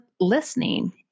listening